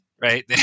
right